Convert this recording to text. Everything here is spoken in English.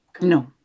no